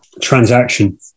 transaction